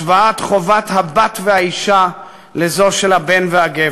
השוואת חובת הבת והאישה לזו של הבן והגבר".